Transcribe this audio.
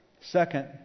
Second